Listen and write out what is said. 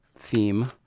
Theme